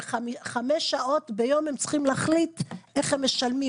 חמש שעות ביום הם צריכים להחליט איך הם משלמים,